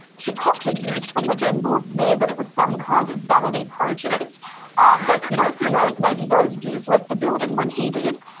she copped abuse from the then lord mayor that it was some kind of vanity project but you know who knows? maybe those views left the building when he did.